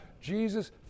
Jesus